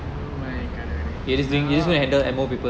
oh my god